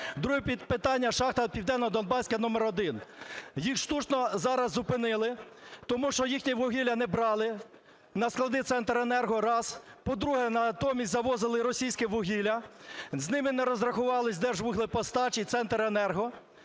Друге питання. Шахта "Південнодонбаська № 1". Їх штучно зараз зупинили, тому що їхнє вугілля не брали на склади "Центренерго". Раз. По-друге, натомість завозили російське вугілля. З ними не розрахувались "Держвуглепостач" і "Центренерго".